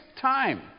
time